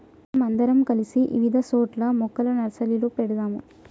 మనం అందరం కలిసి ఇవిధ సోట్ల మొక్కల నర్సరీలు పెడదాము